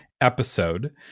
episode